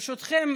ברשותכם,